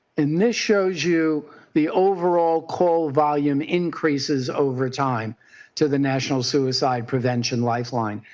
and this shows you the overall call volume increases over time to the national suicide prevention lifeline.